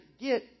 get